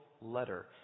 letter